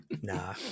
Nah